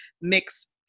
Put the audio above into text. Mix